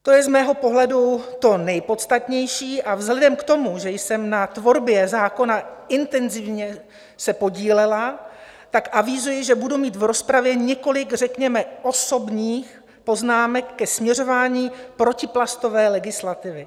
To je z mého pohledu to nejpodstatnější a vzhledem k tomu, že jsem se na tvorbě zákona intenzivně podílela, tak avizuji, že budu mít v rozpravě několik, řekněme, osobních poznámek ke směřování protiplastové legislativy.